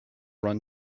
run